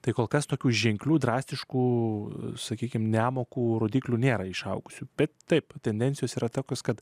tai kol kas tokių ženklių drastiškų sakykime nemokų rodiklių nėra išaugsiu bet taip tendencijos yra tokios kad